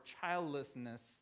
childlessness